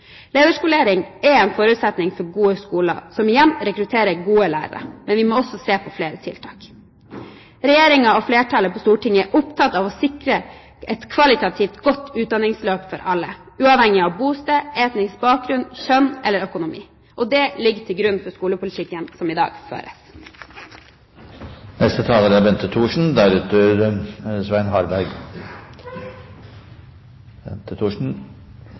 Lederskolering er en forutsetning for gode skoler, som igjen rekrutterer gode lærere. Men vi må også se på flere tiltak. Regjeringen og flertallet på Stortinget er opptatt av å sikre et kvalitativt godt utdanningsløp for alle, uavhengig av bosted, etnisk bakgrunn, kjønn eller økonomi. Det ligger til grunn for skolepolitikken som i dag